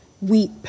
weep